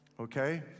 Okay